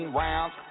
rounds